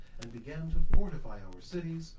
and began to fortify our cities,